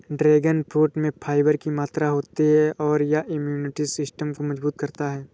dragon fruit में fibre की मात्रा होती है और यह इम्यूनिटी सिस्टम को मजबूत करता है